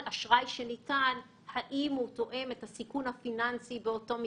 ההשפעה של האשראי הניתן לקבוצות הלווים הגדולות על התחרות בענפי המשק